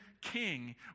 king